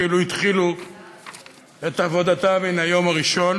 כאילו התחילו את עבודתם מן היום הראשון,